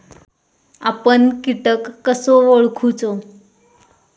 आपन कीटक कसो ओळखूचो?